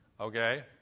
okay